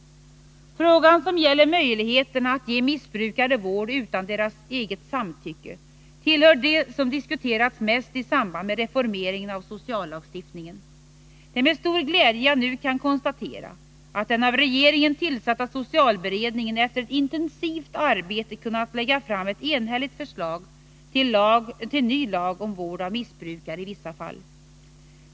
Frågan som gäller möjligheterna att ge missbrukare vård utan deras eget samtycke tillhör de som diskuterats mest i samband med reformeringen av sociallagstiftningen. Det är med stor glädje jag nu kan konstatera att den av regeringen tillsatta socialberedningen, efter ett intensivt arbete, kunnat lägga fram ett enhälligt förslag till ny lag om vård av missbrukare i vissa fall.